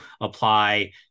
apply